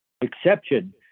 exception